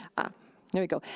ah, there we go.